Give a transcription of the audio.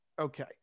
Okay